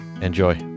enjoy